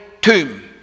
tomb